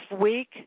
week